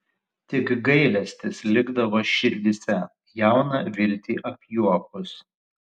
tik gailestis likdavo širdyse jauną viltį apjuokus